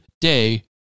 day